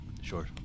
Sure